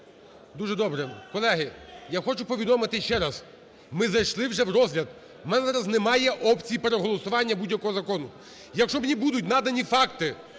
Дуже добре. Колеги, я хочу повідомити ще раз, ми зайшли вже в розгляд. В мене зараз немає опцій переголосування будь-якого закону. Якщо мені будуть надані факти